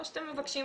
או שאתם מבקשים